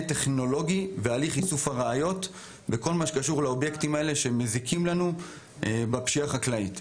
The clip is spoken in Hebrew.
טכנולוגי ובהליך איסוף הראיות בהקשר של הפשיעה החקלאית.